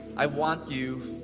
i want you